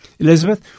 Elizabeth